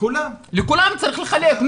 לכולם צריך לחלק.